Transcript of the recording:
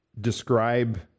describe